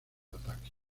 ataque